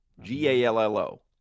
G-A-L-L-O